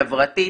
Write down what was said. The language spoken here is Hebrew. חברתית